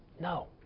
No